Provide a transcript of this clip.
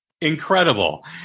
incredible